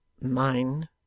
Mine